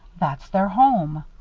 that's their home.